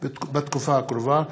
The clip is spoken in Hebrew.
בתקופה הקרובה,